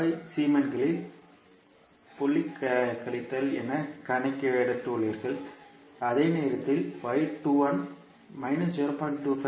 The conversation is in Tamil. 05 சீமென்களின் புள்ளி கழித்தல் எனக் கணக்கிட்டுள்ளீர்கள் அதே நேரத்தில் y 21 0